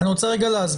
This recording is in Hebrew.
אני רוצה להסביר,